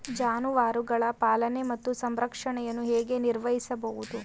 ಜಾನುವಾರುಗಳ ಪಾಲನೆ ಮತ್ತು ಸಂರಕ್ಷಣೆಯನ್ನು ಹೇಗೆ ನಿರ್ವಹಿಸಬಹುದು?